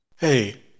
Hey